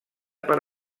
per